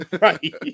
right